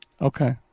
Okay